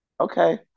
okay